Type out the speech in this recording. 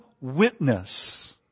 witness